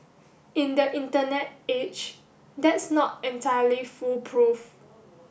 in the internet age that's not entirely foolproof